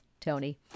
Tony